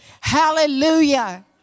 Hallelujah